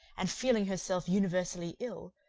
and feeling herself universally ill,